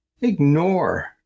ignore